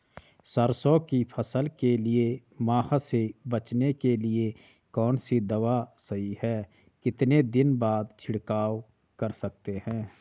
सरसों की फसल के लिए माह से बचने के लिए कौन सी दवा सही है कितने दिन बाद छिड़काव कर सकते हैं?